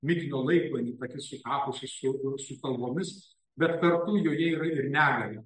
mitinio laiko ji pati sutapusi su su kalvomis bet kartu joje yra ir negalia